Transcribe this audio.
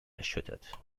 erschüttert